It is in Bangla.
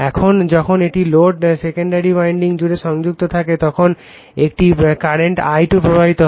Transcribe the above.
এখন যখন একটি লোড সেকেন্ডারি উইন্ডিং জুড়ে সংযুক্ত থাকে তখন একটি কারেন্ট I2 প্রবাহিত হয়